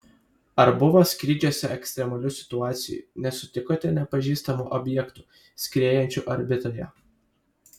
ar buvo skrydžiuose ekstremalių situacijų nesutikote nepažįstamų objektų skriejančių orbitoje